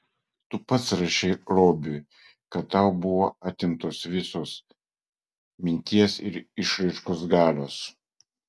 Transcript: tu pats rašei robiui kad tau buvo atimtos visos minties ir išraiškos galios